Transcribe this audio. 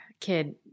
kid